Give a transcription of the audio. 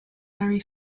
very